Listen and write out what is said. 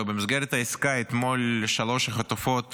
ובמסגרת העסקה שלוש חטופות